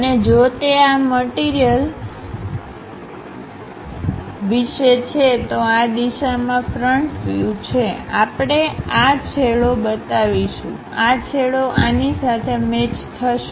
અને જો તે આ મટીરીયલવિશે છે તો આ દિશામાં ફ્રન્ટ વ્યુછેઆપણે આ છેડો બતાવિશુ આ છેડો આની સાથે મેચ થશે